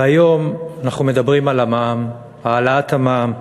והיום אנחנו מדברים על המע"מ, העלאת המע"מ.